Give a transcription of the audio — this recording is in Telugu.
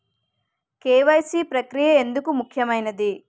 కే.వై.సీ ప్రక్రియ ఎందుకు ముఖ్యమైనది?